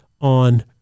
on